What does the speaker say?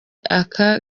aka